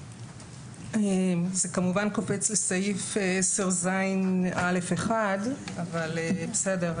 זה כמובן קופץ לסעיף 10ז(א)(1) אבל בסדר,